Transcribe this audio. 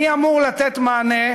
מי אמור לתת מענה?